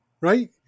Right